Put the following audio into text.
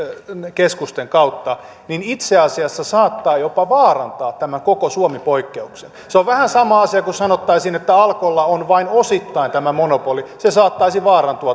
keskusten kautta itse asiassa saattaa jopa vaarantaa tämän koko suomi poikkeuksen se on vähän sama asia kuin jos sanottaisiin että alkolla on vain osittain tämä monopoli se saattaisi vaarantua